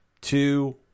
two